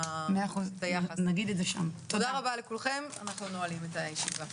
תודה רבה לכולכם, אנחנו נועלים את הישיבה.